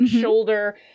shoulder